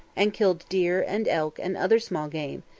and killed deer and elk and other small game,